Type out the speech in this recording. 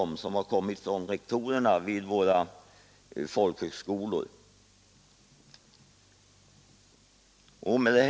Statsrådet Moberg känner förmodligen väl till innehållet i den.